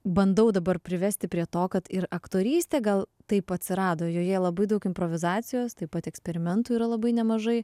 bandau dabar privesti prie to kad ir aktorystė gal taip atsirado joje labai daug improvizacijos taip pat eksperimentų yra labai nemažai